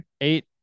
eight